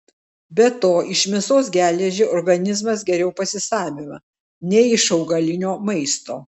be to iš mėsos geležį organizmas geriau pasisavina nei iš augalinio maisto